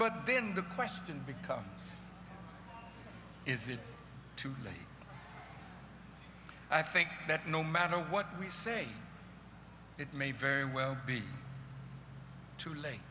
but then the question becomes is it too late i think that no matter what we say it may very well be too late